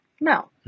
No